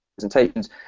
presentations